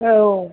औ